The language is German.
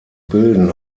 bilden